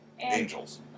angels